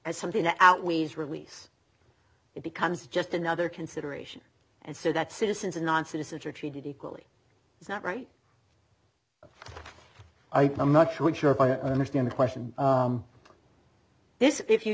as something that outweighs released it becomes just another consideration and so that citizens and non citizens are treated equally is not right i think i'm not sure if i understand the question this if you